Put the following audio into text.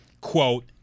quote